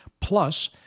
plus